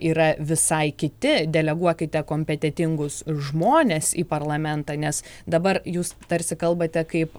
yra visai kiti deleguokite kompetentingus žmones į parlamentą nes dabar jūs tarsi kalbate kaip